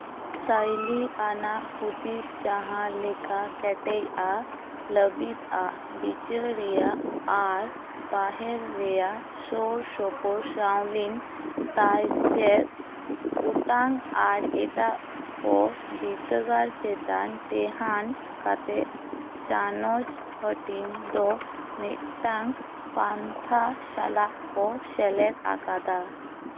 ᱥᱟᱭᱞᱤ ᱟᱱᱟᱜ ᱦᱩᱫᱤᱥ ᱡᱟᱦᱟᱸ ᱞᱮᱠᱟ ᱠᱮᱴᱮᱡᱼᱟ ᱞᱟᱹᱵᱤᱫᱼᱟ ᱵᱤᱪᱟᱹᱨ ᱨᱮᱭᱟᱜ ᱟᱨ ᱵᱟᱦᱮᱨ ᱨᱮᱭᱟᱜ ᱥᱩᱨ ᱥᱩᱯᱩᱨ ᱥᱟᱣᱞᱤᱱ ᱛᱟᱭ ᱪᱮᱫ ᱚᱴᱟᱝ ᱟᱨ ᱮᱴᱟᱜ ᱠᱚ ᱵᱤᱫᱽᱫᱟᱹᱜᱟᱲ ᱪᱮᱛᱟᱱ ᱴᱮᱦᱟᱱᱰ ᱠᱟᱛᱮᱜ ᱪᱟᱱᱟᱪ ᱦᱟᱹᱴᱤᱧ ᱫᱚ ᱢᱤᱫᱴᱟᱝ ᱯᱟᱱᱛᱷᱟ ᱥᱟᱞᱟᱜ ᱠᱚ ᱥᱮᱞᱮᱫ ᱟᱠᱟᱫᱟ